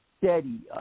steady